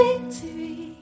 victory